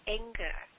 anger